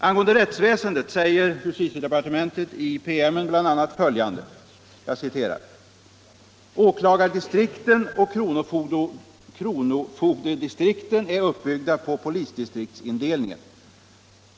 Angående rättsväsendet säger justitiedepartementet i promemorian bl.a. följande: ” Åklagardistrikten och kronofogdedistrikten är uppbyggda på polisdistriktsindelningen.